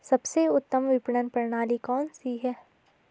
सबसे उत्तम विपणन प्रणाली कौन सी है?